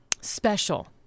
special